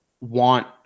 want